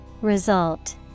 Result